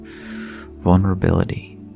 vulnerability